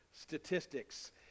statistics